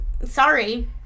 sorry